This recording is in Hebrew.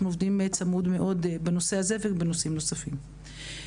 עובדים צמוד מאוד בנושא הזה ובנושאים נוספים.